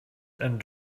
and